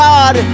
God